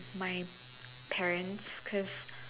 my parents cause